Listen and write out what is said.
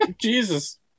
Jesus